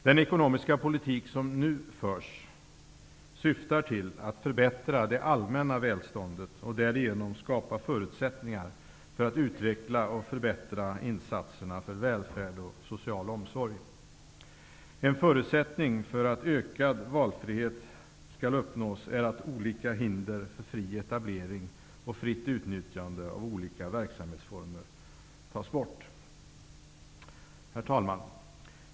Den ekonomiska politik som nu förs syftar till att förbättra det allmänna välståndet och att därigenom skapa förutsättningar för att utveckla och förbättra insatserna för välfärd och social omsorg. En förutsättning för att ökad valfrihet skall uppnås är att olika hinder för fri etablering och fritt utnyttjande av olika verksamhetsformer tas bort. Herr talman!